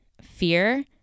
fear